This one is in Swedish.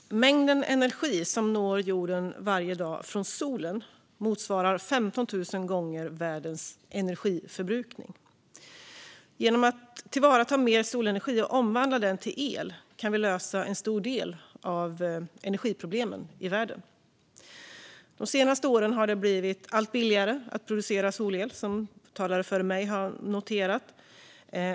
Fru talman! Den mängd energi som når jorden varje dag från solen motsvarar 15 000 gånger världens energiförbrukning. Genom att tillvarata mer solenergi och omvandla den till el kan vi lösa en stor del av energiproblemen i världen. De senaste åren har det blivit allt billigare att producera solel, vilket också talare före mig har noterat.